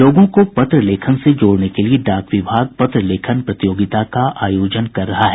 लोगों को पत्र लेखन से जोड़ने के लिए डाक विभाग पत्र लेखन प्रतियोगिता का आयोजन कर रहा है